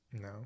No